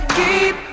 keep